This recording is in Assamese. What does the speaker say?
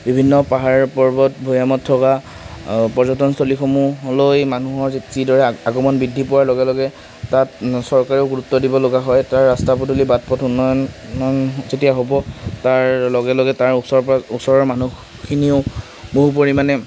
বিভিন্ন পাহাৰ পৰ্বত ভৈয়ামত থকা পৰ্যটন স্থলীসমূহলৈ মানুহৰ যিদৰে আগমন বৃদ্ধি পোৱাৰ লগে লগে তাত চৰকাৰেও গুৰুত্ব দিবলগা হয় তাৰ ৰাস্তা পদূলি বাট পথ উন্নয়ন যেতিয়া হ'ব তাৰ লগে লগে তাৰ ওচৰৰ পা ওচৰৰ মানুহখিনিও বহু পৰিমাণে